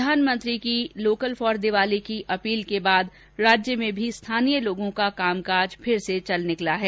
प्रधानमंत्री नरेन्द्र मोदी की local for Diwali की अपील के बाद राज्य में भी स्थानीय लोगों का कामकाज फिर से चलने लगा है